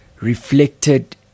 reflected